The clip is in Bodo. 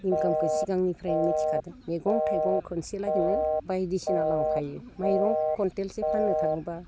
इन्कामखो सिगांनिफ्रायनो मिथिखादों मैगं थाइगं खनसेलागैनो बायदिसिना लांफायो माइरं कुइनटेलसे फाननो थाङोब्ला